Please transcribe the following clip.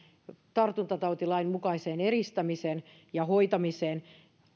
tartuntatautilain mukaiseen eristämiseen ja hoitamiseen